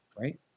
right